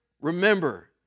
remember